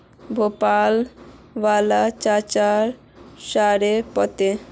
भोपाल वाला चाचार सॉरेल पत्ते